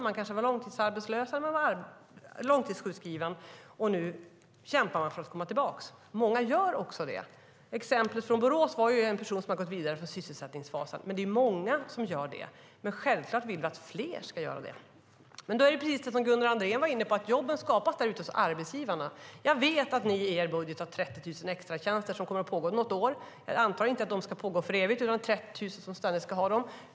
Man kanske var långtidsarbetslös eller långtidssjukskriven, och nu kämpar man för att komma tillbaka. Många gör också det. I exemplet från Borås hade en person gått vidare från sysselsättningsfasen, och det är många som gör det. Men självklart vill vi att fler ska göra det. Som Gunnar Andrén var inne på skapas jobben naturligtvis av arbetsgivarna. Jag vet att ni i er budget har 30 000 extratjänster som kommer att finnas något år. Jag antar att de inte ska finnas för evigt.